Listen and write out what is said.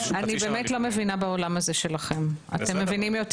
אני לא מבינה בעולם הזה שלכם, אתם מבינים יותר.